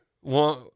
one